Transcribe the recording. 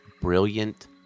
brilliant